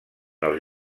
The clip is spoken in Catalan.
els